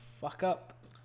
fuck-up